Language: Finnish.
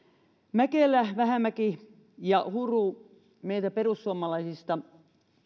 mäkelä vähämäki ja huru meiltä perussuomalaisista